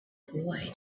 boy